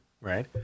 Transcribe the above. Right